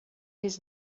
his